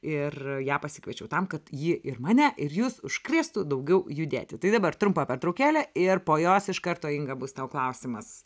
ir ją pasikviečiau tam kad ji ir mane ir jus užkrėstų daugiau judėti tai dabar trumpa pertraukėlė ir po jos iš karto inga bus tau klausimas